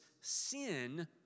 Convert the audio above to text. sin